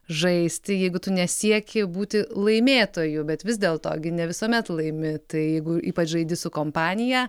žaisti jeigu tu nesieki būti laimėtoju bet vis dėlto gi ne visuomet laimi tai jeigu ypač žaidi su kompanija